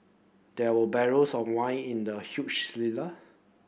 there were barrels of wine in the huge cellar